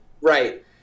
Right